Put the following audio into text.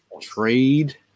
trade